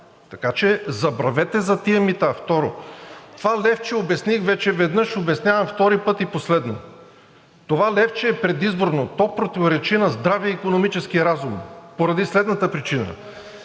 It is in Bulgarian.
Така че забравете за тия мита. Трето, това левче – вече веднъж обясних, обяснявам втори път и последно. Това левче е предизборно, то противоречи на здравия икономически разум поради следната причина.